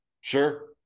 sure